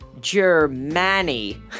Germany